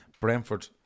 Brentford